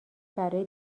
برای